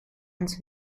ans